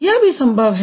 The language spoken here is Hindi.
यह भी संभव है